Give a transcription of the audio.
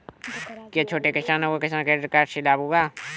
क्या छोटे किसानों को किसान क्रेडिट कार्ड से लाभ होगा?